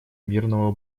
мирного